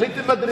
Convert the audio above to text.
עליתם מדרגה.